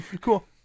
cool